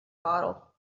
bottle